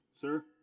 sir